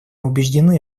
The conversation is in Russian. убеждены